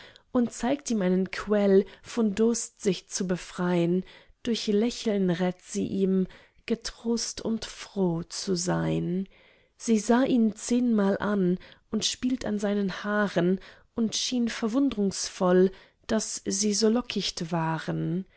und zeigt ihm einen quell vom durst sich zu befrein durch lächeln rät sie ihm getrost und froh zu sein sie sah ihn zehnmal an und spielt an seinen haaren und schien verwundrungsvoll daß sie so lockicht waren